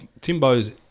Timbo's